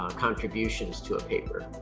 um contributions to a paper.